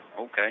Okay